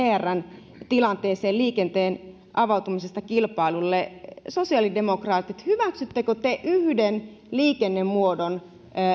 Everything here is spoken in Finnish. vrn tilanteeseen liikenteen avautumiseen kilpailulle sosiaalidemokraatit hyväksyttekö te yhden liikennemuodon